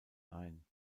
ein